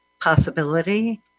possibility